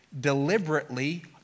deliberately